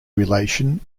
relation